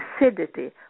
acidity